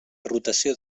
rotació